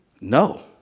No